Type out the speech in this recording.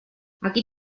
aquí